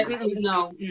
no